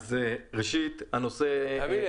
אז ראשית --- תאמין לי,